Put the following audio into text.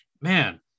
man